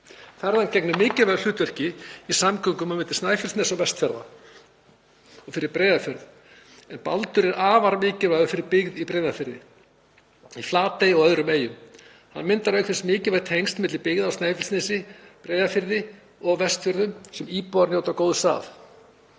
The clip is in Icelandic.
Ferjan gegnir mikilvægu hlutverki í samgöngum á milli Snæfellsness og Vestfjarða og fyrir Breiðafjörð en Baldur er einnig afar mikilvægur fyrir byggð í Breiðafirði, í Flatey og á öðrum eyjum. Hann myndar auk þess mikilvæg tengsl milli byggða á Snæfellsnesi, Breiðafirði og Vestfjörðum sem íbúar njóta góðs af.